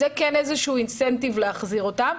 זה מעין אינסנטיב להחזיר אותם.